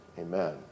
Amen